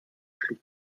schlug